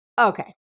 okay